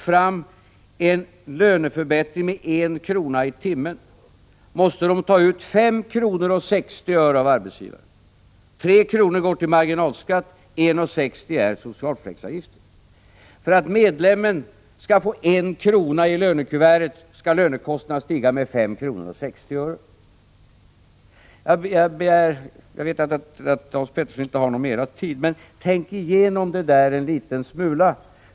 i timmen skulle de med dessa marginalskatter vara tvungna att ta ut 5:60 kr. av arbetsgivaren. 3 kr. går till marginalskatt och 1:60 kr. till socialförsäkringsavgifter. För att medlemmen skall få 1 kr. i lönekuvertet måste lönekostnaden stiga med 5:60 kr. Jag vet att Hans Petersson inte har mera tid till förfogande, men tänk igenom det där en liten smula.